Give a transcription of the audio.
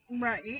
Right